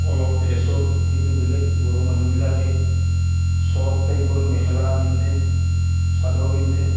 অলপ ড্ৰেছৰ সেইটো বেলেগ বড়ো মানুহবিলাকে চৰ্ট টাইপৰ মেখেলা পিন্ধে ছাদৰ পিন্ধে